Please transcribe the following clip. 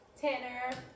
Tanner